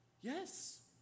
Yes